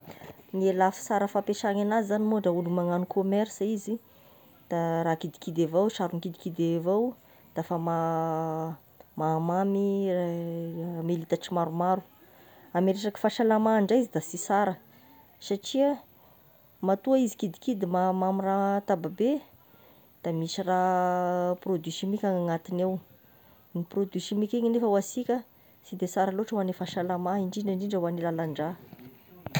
Ny lafisaran'ny fampiasagny anazy zagny moa da ohatry olo magnano commerce izy, da raha kidikidy avao sarony kidikidy avao da efa ma- mahamamy ame litatry maromaro. Amy resaky fahasalama ndray izy da sy sara satria matoa izy kidikidy mahamamy raha tababe, de misy raha produit chimique agnatigny ao, ny produit chimique igny agnefa ho ansika sy de sara loatra ho an'ny fahasalama, indrindra indrindra ho an'ny lalan-drà.